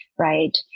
right